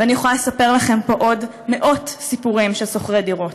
ואני יכולה לספר לכם עוד מאות סיפורים של שוכרי דירות.